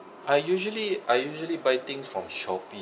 I usually I usually buy things from shopee